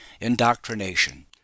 indoctrination